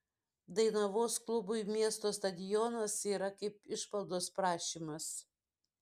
dainavos klubui miesto stadionas yra kaip išmaldos prašymas